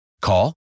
Call